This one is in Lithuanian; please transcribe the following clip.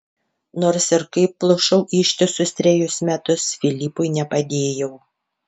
nors ir kaip plušau ištisus trejus metus filipui nepadėjau